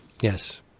Yes